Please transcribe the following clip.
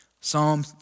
Psalm